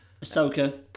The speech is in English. Ahsoka